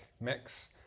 mix